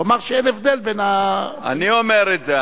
הוא אמר שאין הבדל בין, אני אומר את זה.